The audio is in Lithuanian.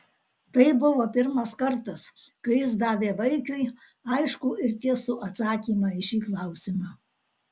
tai buvo pirmas kartas kai jis davė vaikiui aiškų ir tiesų atsakymą į šį klausimą